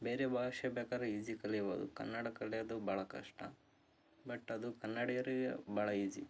ಬೇರೆ ಭಾಷೆ ಬೇಕಾದ್ರೆ ಈಸಿ ಕಲೀಬಹುದು ಕನ್ನಡ ಕಲಿಯೋದು ಬಹಳ ಕಷ್ಟ ಬಟ್ ಅದು ಕನ್ನಡಿಗರಿಗೆ ಭಾಳ ಈಸಿ